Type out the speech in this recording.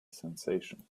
sensation